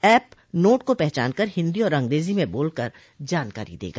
app note को पहचान कर हिन्दी और अंग्रेजी में बोलकर जानकारी देगा